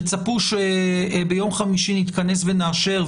תצפו שביום חמישי נתכנס ונאשר,